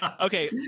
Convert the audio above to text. Okay